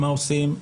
מה עושים,